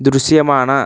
దృశ్యమాన